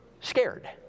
scared